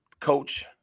coach